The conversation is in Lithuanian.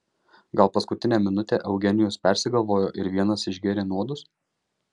gal paskutinę minutę eugenijus persigalvojo ir vienas išgėrė nuodus